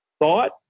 thought